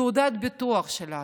תעודת ביטוח שלנו.